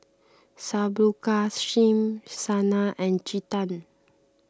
Subbulakshmi Sanal and Chetan